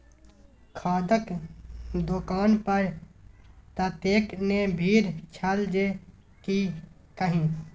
खादक दोकान पर ततेक ने भीड़ छल जे की कही